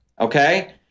okay